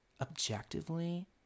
objectively